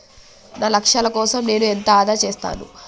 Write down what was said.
నా లక్ష్యాల కోసం నేను ఎంత ఆదా చేస్తాను?